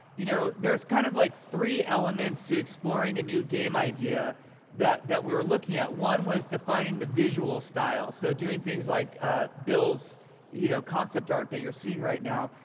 you know, there's kind of like three elements to exploring a new game idea that that we were looking at. one was defining the visual style, so doing things like ah bill's you know concept art that you're seeing right now.